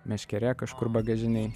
meškerė kažkur bagažinėj